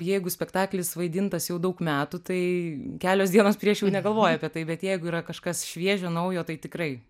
jeigu spektaklis vaidintas jau daug metų tai kelios dienos prieš jau negalvoji apie tai bet jeigu yra kažkas šviežio naujo tai tikrai